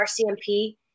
RCMP